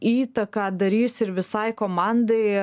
įtaką darys ir visai komandai